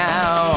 Now